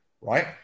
right